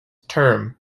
term